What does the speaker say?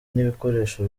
n’ibikoresho